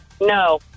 No